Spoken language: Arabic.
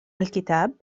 الكتاب